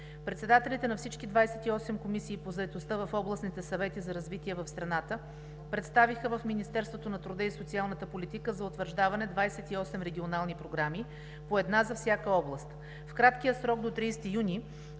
Председателите на всички 28 комисии по заетостта в областните съвети за развитие в страната представиха в Министерството на труда и социалната политика за утвърждаване 28 регионални програми – по една за всяка област. В краткия срок до 30 юни